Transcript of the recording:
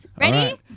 Ready